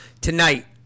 Tonight